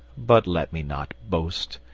but let me not boast.